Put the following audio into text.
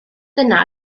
dyna